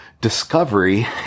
Discovery